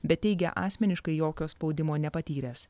bet teigia asmeniškai jokio spaudimo nepatyręs